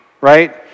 right